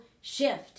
shift